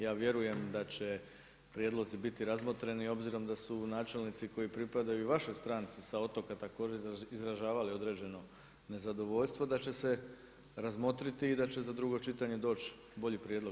Ja vjerujem da će prijedlozi biti razmotreni obzirom da su načelnici koji pripadaju vašoj stranci sa otoka također izražavali određeno nezadovoljstvo da će se razmotriti i da će za drugo čitanje doći bolji prijedlog.